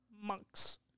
Monks